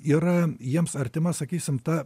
yra jiems artima sakysim ta